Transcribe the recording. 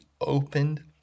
opened